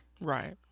Right